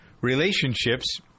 relationships